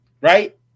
right